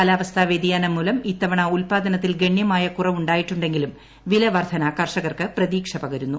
കാലാവസ്ഥാ വ്യതിയാനം മൂലം ഇത്തവണ ഉൽപ്പാദനത്തിൽ ഗണ്യമായ കുറവുണ്ടായിട്ടുണ്ടെങ്കിലും വില വർധന കർഷകർക്ക് പ്രതീക്ഷ പകരുന്നു